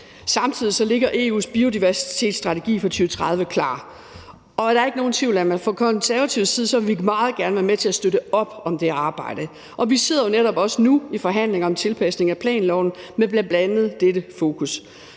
Samtidig ligger EU's biodiversitetsstrategi for 2030 klar. Der er ikke nogen tvivl om, at vi fra Konservatives side meget gerne vil være med til at støtte op om det arbejde, og vi sidder jo netop også nu i forhandlinger om tilpasning af planloven med bl.a. det i fokus.